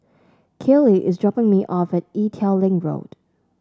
Kaley is dropping me off at Ee Teow Leng Road